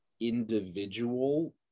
individual